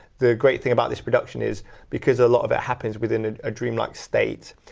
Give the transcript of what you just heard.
the great thing about this production is because a lot of it happens within ah a dream like state,